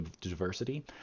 diversity